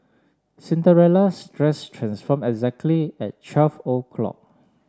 Cinderella's dress transformed exactly at twelve o'clock